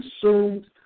consumed